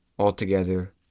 altogether